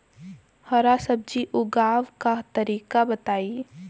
हरा सब्जी उगाव का तरीका बताई?